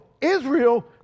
Israel